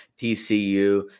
TCU